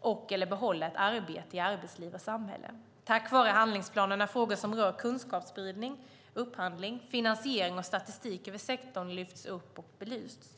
och/eller behålla ett arbete i arbetsliv och samhälle. Tack vare handlingsplanen har frågor som rör kunskapsspridning, upphandling, finansiering och statistik över sektorn lyfts upp och belysts.